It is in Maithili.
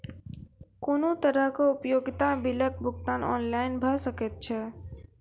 कुनू तरहक उपयोगिता बिलक भुगतान ऑनलाइन भऽ सकैत छै?